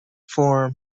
form